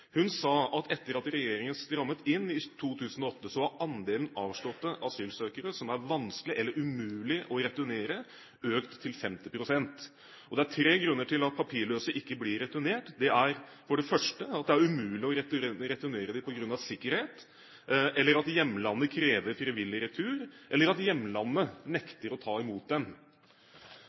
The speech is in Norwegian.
Hun sa at etter at regjeringen strammet inn i 2008, har andelen avslåtte søknader som gjelder asylsøkere som er vanskelige eller umulige å returnere, økt til 50 pst. Det er tre grunner til at papirløse ikke blir returnert: Det er umulig å returnere dem på grunn av sikkerhet, hjemlandet krever frivillig retur, eller hjemlandet nekter å ta imot dem.